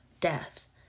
death